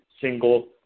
single